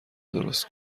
درست